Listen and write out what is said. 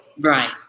Right